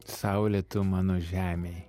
saulė tu mano žemėj